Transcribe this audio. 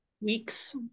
weeks